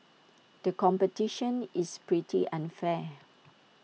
the competition is pretty unfair